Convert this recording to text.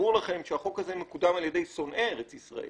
ברור לכם שהחוק הזה מקודם על ידי שונאי ארץ ישראל.